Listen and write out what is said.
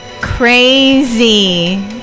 Crazy